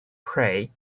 pray